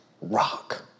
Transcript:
rock